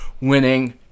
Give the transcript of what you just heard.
winning